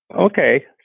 okay